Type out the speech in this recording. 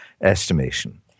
estimation